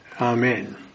Amen